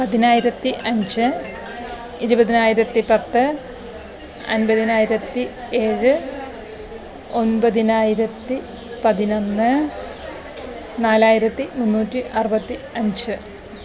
പതിനായിരത്തി അഞ്ച് ഇരുപതിനായിരത്തി പത്ത് അൻപതിനായിരത്തി ഏഴ് ഒൻപതിനായിരത്തി പതിനൊന്ന് നാലായിരത്തി മുന്നൂറ്റി അറുപത്തി അഞ്ച്